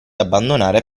abbandonare